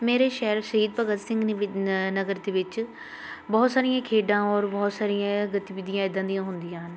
ਮੇਰੇ ਸ਼ਹਿਰ ਸ਼ਹੀਦ ਭਗਤ ਸਿੰਘ ਨਿ ਨ ਨਗਰ ਦੇ ਵਿੱਚ ਬਹੁਤ ਸਾਰੀਆਂ ਖੇਡਾਂ ਔਰ ਬਹੁਤ ਸਾਰੀਆਂ ਗਤੀਵਿਧੀਆਂ ਇੱਦਾਂ ਦੀਆਂ ਹੁੰਦੀਆਂ ਹਨ